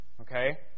Okay